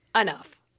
enough